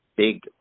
big